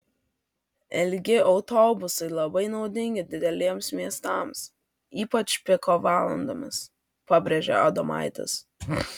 ilgi autobusai labai naudingi dideliems miestams ypač piko valandomis pabrėžė adomaitis